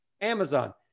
amazon